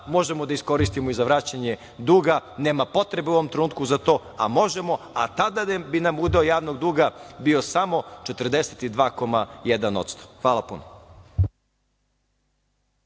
možemo da iskoristimo i za vraćanje duga. Nema potrebe u ovom trenutku za to, a možemo. Tada bi nam udeo javnog duga bio samo 42,1%. Hvala puno.